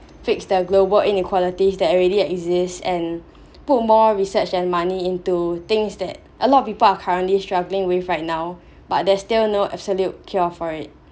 fix the global inequality that already exist and put more research and money into things that a lot of people are currently struggling with right now but there's still no absolute cure for it